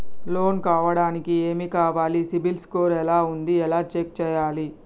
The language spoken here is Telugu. లోన్ కావడానికి ఏమి కావాలి సిబిల్ స్కోర్ ఎలా ఉంది ఎలా చెక్ చేయాలి?